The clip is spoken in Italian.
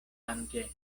anche